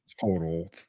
Total